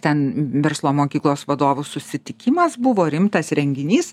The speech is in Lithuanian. ten verslo mokyklos vadovų susitikimas buvo rimtas renginys